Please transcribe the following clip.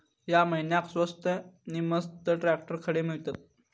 या महिन्याक स्वस्त नी मस्त ट्रॅक्टर खडे मिळतीत?